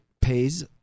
pays